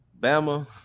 Bama